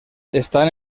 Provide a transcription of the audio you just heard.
estan